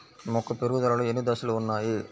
మొక్క పెరుగుదలలో ఎన్ని దశలు వున్నాయి?